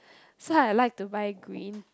so I like to buy green